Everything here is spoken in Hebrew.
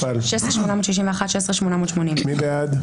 16,581 עד 16,600. מי בעד?